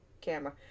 camera